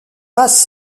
passe